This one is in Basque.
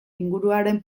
inguruaren